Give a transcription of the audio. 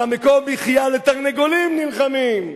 על מקור מחיה לתרנגולים נלחמים,